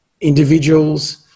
individuals